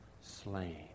slain